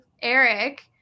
Eric